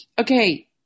okay